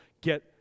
get